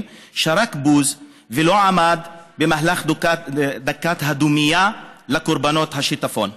שרק בוז ולא עמד במהלך דקת הדומייה לקורבנות השיטפון.